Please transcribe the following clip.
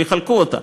ויחלקו אותה.